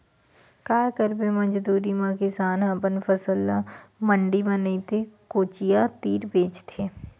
काये करबे मजबूरी म किसान ह अपन फसल ल मंडी म नइ ते कोचिया तीर बेचथे